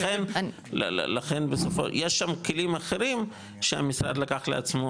לכן יש שם כלים אחרים שהמשרד לקח לעצמו,